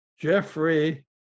Jeffrey